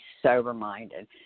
sober-minded